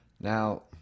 Now